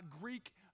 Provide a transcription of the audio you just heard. Greek